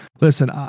listen